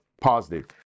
positive